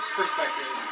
perspective